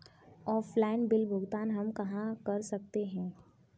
Offline bill भुगतान हम कहां कर सकते हैं?